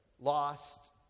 lost